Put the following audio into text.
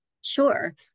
Sure